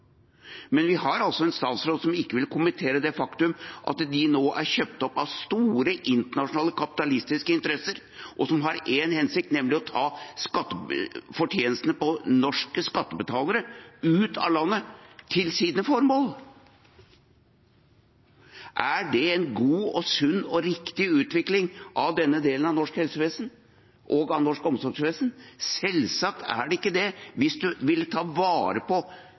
Men vi har altså en statsråd som ikke vil kommentere det faktum at de nå er kjøpt opp av store, internasjonale og kapitalistiske interesser, som har én hensikt, nemlig å ta fortjenestene på norske skattebetalere ut av landet til sine formål. Er det en god, sunn og riktig utvikling av denne delen av norsk helsevesen og av norsk omsorgsvesen? Selvsagt er det ikke det – hvis en vil ta vare på